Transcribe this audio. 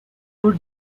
poor